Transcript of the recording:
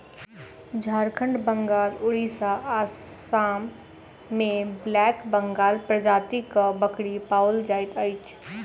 झारखंड, बंगाल, उड़िसा, आसाम मे ब्लैक बंगाल प्रजातिक बकरी पाओल जाइत अछि